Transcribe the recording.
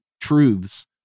truths